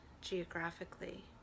geographically